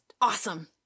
awesome